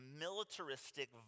militaristic